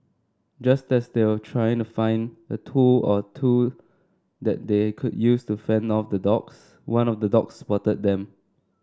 just as they were trying to find a tool or two that they could use to fend off the dogs one of the dogs spotted them